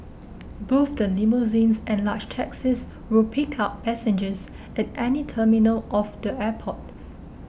both the limousines and large taxis will pick up passengers at any terminal of the airport